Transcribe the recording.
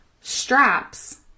straps